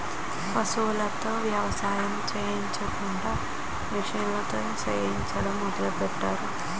పశువులతో ఎవసాయం సెయ్యకుండా మిసన్లతో సెయ్యడం మొదలెట్టారు